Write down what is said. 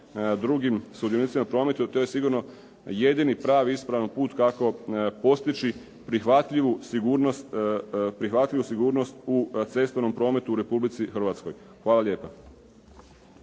drugim sudionicima u prometu. To je sigurno jedini pravi i ispravan put kako postići prihvatljivu sigurnost u cestovnom prometu u Republici Hrvatskoj. Hvala lijepa.